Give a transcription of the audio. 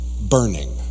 burning